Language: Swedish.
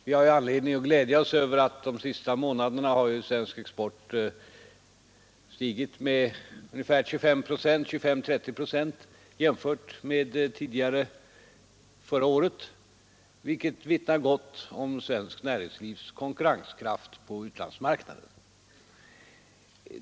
Vi har ju anledning att glädja oss över att svensk export under de senaste månaderna har stigit med ungefär 25—30 procent jämfört med förra året, vilket vittnar gott om svenskt näringslivs konkurrenskraft på utlandsmarknaden.